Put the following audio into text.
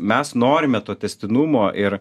mes norime to tęstinumo ir